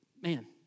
Man